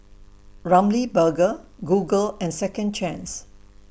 Ramly Burger Google and Second Chance